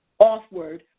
offward